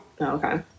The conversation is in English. okay